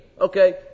Okay